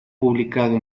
publicado